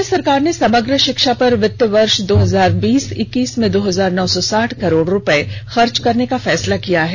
राज्य सरकार ने समग्र षिक्षा पर वित्तीय वर्ष दो हजार बीस इक्कीस में दो हजार नौ सौ साठ करोड़ रुपये खर्च करने का फैसला किया है